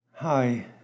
Hi